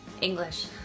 English